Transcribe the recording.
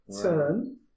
turn